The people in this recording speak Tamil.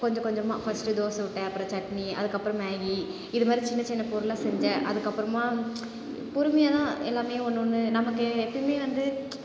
கொஞ்சம் கொஞ்சமாக ஃபஸ்ட் தோசை ஊற்ற அப்புறம் சட்னி அதுக்கப்புறம் மேகி இது மாதிரி சின்னச் சின்ன பொருள்கெலாம் செஞ்சேன் அதுக்கப்புறமா பொறுமையாக தான் எல்லாமே ஒன்று ஒன்று நமக்கு எப்போயுமே வந்து